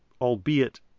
albeit